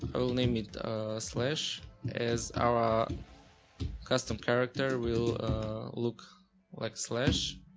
i will name it slash as our custom character will look like slash.